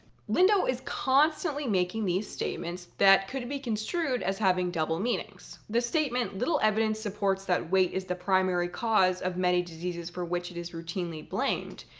lindo is constantly making these statements that could be construed as having double meanings. the statement, little evidence supports that weight is the primary cause of many diseases for which it is routinely blamed.